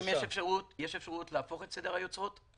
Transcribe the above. יש אפשרות להפוך את הסדר וקודם